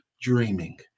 dreaming